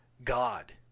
God